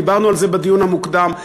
דיברנו על זה בדיון המוקדם,